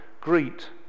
greet